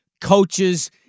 coaches